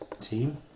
team